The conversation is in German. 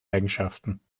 eigenschaften